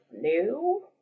new